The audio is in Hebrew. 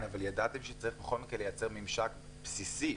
אבל ידעתם שבכל מקרה צריך לייצר ממשק בסיסי,